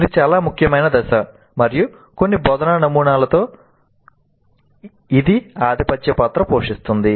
ఇది చాలా ముఖ్యమైన దశ మరియు కొన్ని బోధనా నమూనాలలో ఇది ఆధిపత్య పాత్ర పోషిస్తుంది